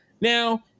Now